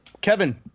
Kevin